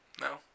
No